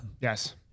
Yes